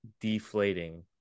deflating